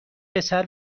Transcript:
پسر